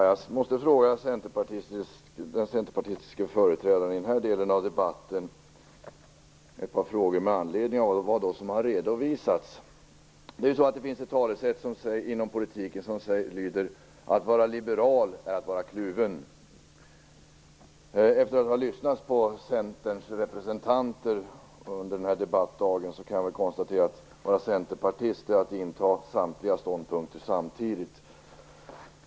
Fru talman! Jag måste fråga den centerpartistiska företrädaren i den här delen av debatten om ett par saker med anledning av vad som har redovisats. Det finns ett talesätt inom politiken som lyder: Att vara liberal är att vara kluven. Efter att ha lyssnat på Centerns representanter under den här debattdagen kan jag väl konstatera följande: Att vara centerpartist är att inta samtliga ståndpunkter samtidigt.